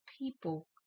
people